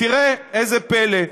תראה איזה פלא,